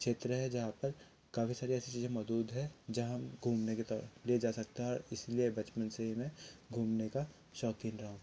क्षेत्र हैं जहाँ पर काफ़ी सारी ऐसी चीज़ें मौजूद है जहाँ हम घूमने के लिए जा सकता हैं इसलिए बचपन से मैं घूमने का शौकीन रहा हूँ